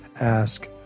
ask